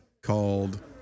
called